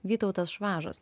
vytautas švažas